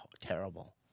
terrible